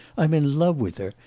i'm in love with her,